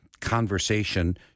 conversation